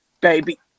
Baby